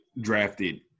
drafted